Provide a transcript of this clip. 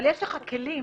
אבל יש לך כלים